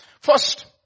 First